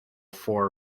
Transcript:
for